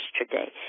yesterday